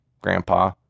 Grandpa